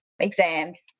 exams